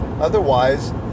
Otherwise